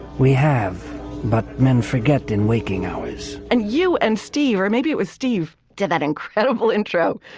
we have but men forget in waking hours and you and steve or maybe it was steve did that incredible intro.